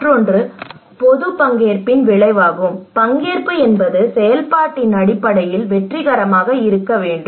மற்றொன்று பொது பங்கேற்பின் விளைவாகும் பங்கேற்பு என்பது செயல்பாட்டின் அடிப்படையில் வெற்றிகரமாக இருக்க வேண்டும்